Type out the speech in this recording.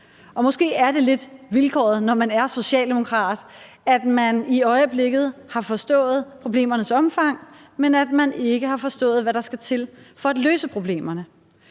Og måske er det lidt vilkåret, når man er socialdemokrat, at man i øjeblikket har forstået problemernes omfang, men at man ikke har forstået, hvad der skal til for at løse problemerne.